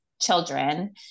children